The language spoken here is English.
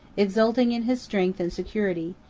exulting in his strength and security,